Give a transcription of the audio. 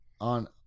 on